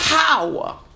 power